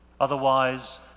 otherwise